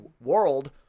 world